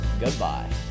Goodbye